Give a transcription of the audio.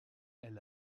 elle